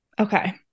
Okay